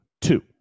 two